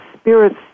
Spirit's